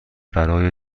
برای